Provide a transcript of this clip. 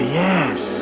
yes